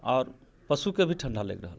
आओर पशुके भी ठंडा लागि रहल है